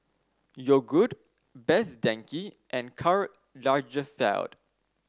Yogood Best Denki and Karl Lagerfeld